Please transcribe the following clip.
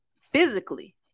physically